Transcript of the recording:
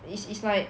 is is like